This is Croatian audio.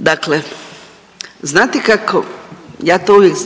Dakle, znate kako ja to uvijek